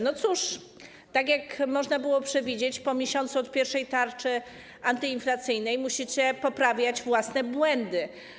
No cóż, tak jak można było przewidzieć, po miesiącu od pierwszej tarczy antyinflacyjnej musicie poprawiać własne błędy.